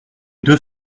deux